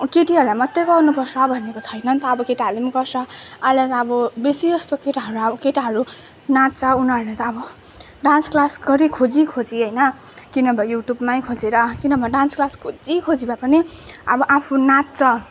केटीहरूलाई मात्रै गर्नुपर्छ भनेको छैन नि त अब केटाहरूले पनि गर्छ अहिले त अब बेसी जस्तो केटाहरू अब केटाहरू नाच्छ उनीहरूलाई त अब डान्स क्लास गरी खोजी खोजी होइन कि नभए युट्युबमै खोजेर कि नभए डान्स क्लास खोजी खोजी भए पनि अब आफू नाच्छ